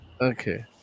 Okay